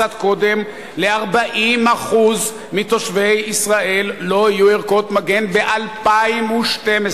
קצת קודם: ל-40% מתושבי ישראל לא יהיו ערכות מגן ב-2012.